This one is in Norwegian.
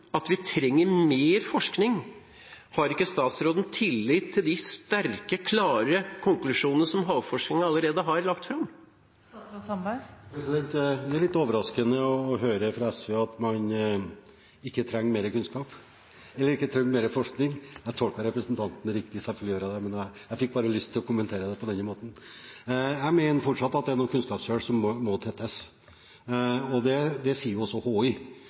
at vi trenger mer forskning? Har ikke statsråden tillit til de sterke, klare konklusjonene som havforskerne allerede har lagt fram? Det er litt overraskende å høre fra SV at man ikke trenger mer kunnskap, at vi ikke trenger mer forskning. Jeg tolker representanten riktig – selvfølgelig gjør jeg det – jeg fikk bare lyst til å kommentere det på denne måten. Jeg mener det fortsatt er noen kunnskapshull som må tettes, og det sier også